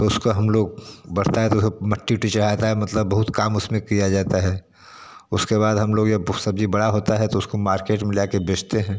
तो उसको हम लोग बढ़ता है तो सब मट्टी वट्टी चढ़ाता है मतलब बहुत काम उसमें किया जाता है उसके बाद हम लोग जब सब्ज़ी बड़ा होता है तो उसको मार्केट में लाके बेचते हैं